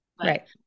Right